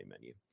menu